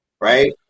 right